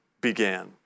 began